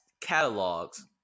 catalogs